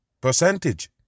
Percentage